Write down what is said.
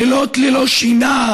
לילות ללא שינה,